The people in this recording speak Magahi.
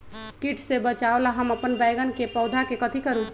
किट से बचावला हम अपन बैंगन के पौधा के कथी करू?